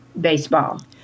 baseball